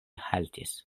haltis